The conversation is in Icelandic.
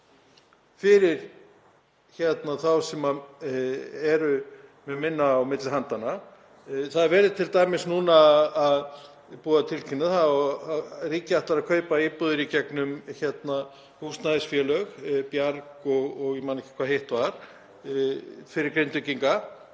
fyrir þá sem eru með minna á milli handanna. Það er t.d. núna búið að tilkynna það að ríkið ætlar að kaupa íbúðir í gegnum húsnæðisfélög, Bjarg og ég man ekki hvað hitt var, fyrir Grindvíkinga.